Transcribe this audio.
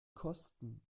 kosten